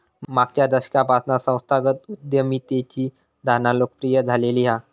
मागच्या दशकापासना संस्थागत उद्यमितेची धारणा लोकप्रिय झालेली हा